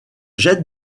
jette